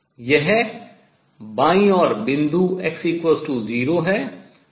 यह बाईं ओर बिंदु x0 है